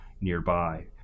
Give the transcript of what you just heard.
nearby